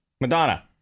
Madonna